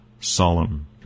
solemn